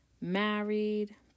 married